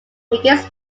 gets